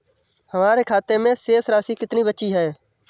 हमारे खाते में शेष राशि कितनी बची है?